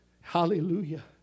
Hallelujah